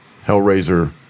Hellraiser